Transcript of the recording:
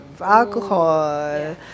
alcohol